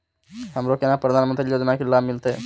हमरो केना प्रधानमंत्री योजना की लाभ मिलते?